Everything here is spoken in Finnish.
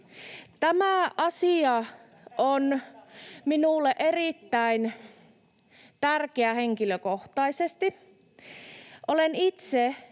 Tämä asia on minulle erittäin tärkeä henkilökohtaisesti. Olen itse